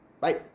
Bye